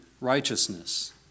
righteousness